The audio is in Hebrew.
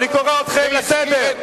אני קורא אתכם לסדר.